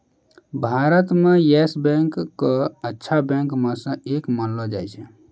भारत म Yes Bank क अच्छा बैंक म स एक मानलो जाय छै